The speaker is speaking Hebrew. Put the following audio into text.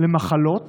למחלות